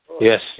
Yes